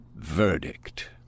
Verdict